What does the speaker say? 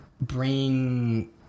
bring